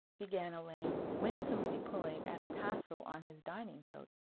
began elaine, winsomely pulling at a tassel on his dining-coat,